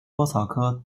莎草科